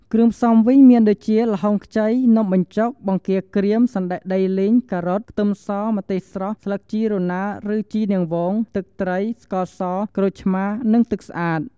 គ្រឿងផ្សំវិញមានដូចជា ល្ហុងខ្ចី នំបញ្ចុក បង្គាក្រៀម សណ្ដែកដីលីង ការ៉ុត ខ្ទឹមស ម្ទេសស្រស់ ស្លឹកជីរណាឬជីនាងវង ទឹកត្រី ស្ករស ក្រូចឆ្មារ និងទឹកស្អាត។